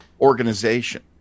organization